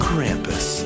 Krampus